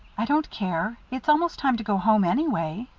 i don't care. it's almost time to go home, anyway.